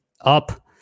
up